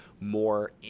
more